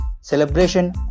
celebration